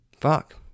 fuck